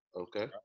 Okay